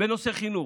בנושא חינוך.